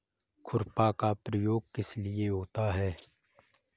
खुरपा का प्रयोग किस लिए होता है?